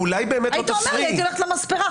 היית אומר לי, הייתי הולכת למספרה.